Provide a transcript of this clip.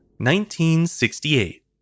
1968